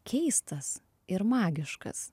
keistas ir magiškas